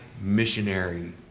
missionary